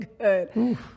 good